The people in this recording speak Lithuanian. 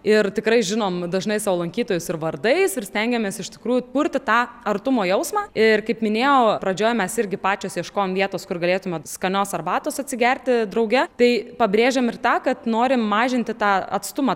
ir tikrai žinom dažnai savo lankytojus ir vardais ir stengiamės iš tikrųjų kurti tą artumo jausmą ir kaip minėjau pradžioj mes irgi pačios ieškojom vietos kur galėtumėt skanios arbatos atsigerti drauge tai pabrėžiam ir tą kad norim mažinti tą atstumą